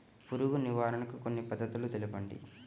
పురుగు నివారణకు కొన్ని పద్ధతులు తెలుపండి?